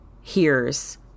hears